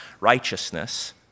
righteousness